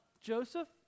Joseph